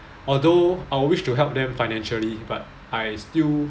although I'd wish to help them financially but I still